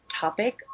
topic